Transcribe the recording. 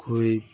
খুবই